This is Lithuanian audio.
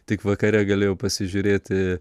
tik vakare galėjau pasižiūrėti